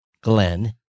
Glenn